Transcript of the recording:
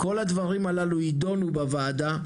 כל הדברים הללו יידונו בוועדה,